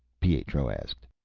pietro asked.